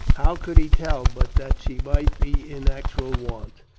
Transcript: how could he tell but that she might be in actual want?